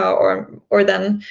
or or then